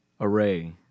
Array